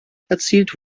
erzielt